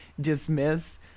dismiss